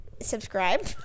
Subscribe